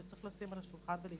שצריך לשים על השולחן.